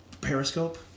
Periscope